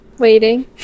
waiting